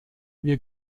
wir